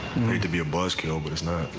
to be a buzz kill, but it's not.